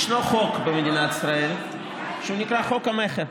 ישנו חוק במדינת ישראל שנקרא חוק המכר,